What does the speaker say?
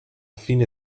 fine